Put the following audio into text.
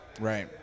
right